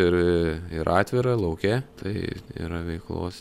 ir ir atvirą lauke tai yra veiklos